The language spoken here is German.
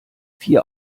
vier